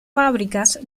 fábricas